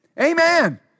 Amen